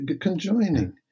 conjoining